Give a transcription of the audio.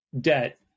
debt